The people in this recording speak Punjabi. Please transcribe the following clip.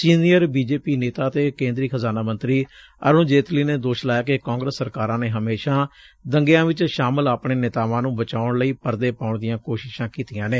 ਸੀਨੀਅਰ ਬੀ ਜੇ ਪੀ ਨੇਤਾ ਅਤੇ ਕੇਂਦਰੀ ਖਜ਼ਾਨਾ ਮੰਤਰੀ ਅਰੁਣ ਜੇਤਲੀ ਨੇ ਦੋਸ਼ ਲਾਇਐ ਕਿ ਕਾਂਗਰਸ ਸਰਕਾਰਾ ਨੇ ਹਮੇਸ਼ਾ ਦੰਗਿਆ ਵਿਚ ਸ਼ਾਮਲ ਆਪਣੇ ਨੇਤਾਵਾ ਨੂੰ ਬਚਾਊਣ ਲਈ ਪਰਦੇ ਪਾਊਣ ਦੀਆ ਕੋਸ਼ਿਸ਼ਾ ਕੀਤੀਆਂ ਨੇ